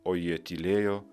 o jie tylėjo